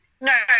no